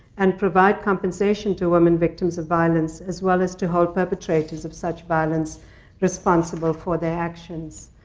and provide compensation to women victims of violence, as well as to hold perpetrators of such violence responsible for their actions.